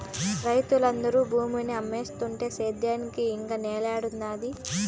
రైతులందరూ భూముల్ని అమ్మేస్తుంటే సేద్యానికి ఇక నేల తల్లేడుండాది